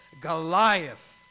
Goliath